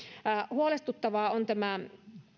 huolestuttava on tämä